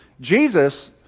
Jesus